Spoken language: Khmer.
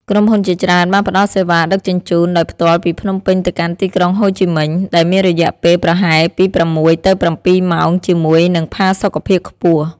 ក្រុមហ៊ុនជាច្រើនបានផ្តល់សេវាដឹកជញ្ជូនដោយផ្ទាល់ពីភ្នំពេញទៅកាន់ទីក្រុងហូជីមិញ ដែលមានរយៈពេលប្រហែលពី៦ទៅ៧ម៉ោងជាមួយនឹងផាសុកភាពខ្ពស់។